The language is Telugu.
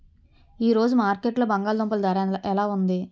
ఈ రోజు మార్కెట్లో బంగాళ దుంపలు ధర ఎలా ఉంది?